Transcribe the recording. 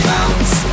Bounce